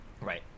Right